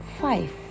five